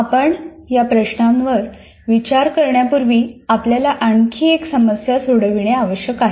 आपण या प्रश्नांवर विचार करण्यापूर्वी आपल्याला आणखी एक समस्या सोडविणे आवश्यक आहे